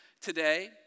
today